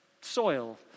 Soil